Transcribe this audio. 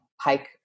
hike